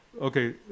Okay